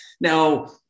Now